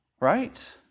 Right